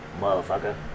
Motherfucker